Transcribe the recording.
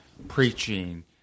preaching